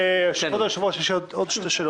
כבוד היושב-ראש, יש לי עוד שתי שאלות.